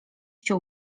się